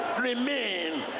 Remain